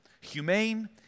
humane